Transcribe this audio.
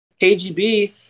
KGB